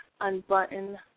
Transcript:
unbutton